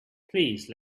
please